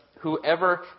whoever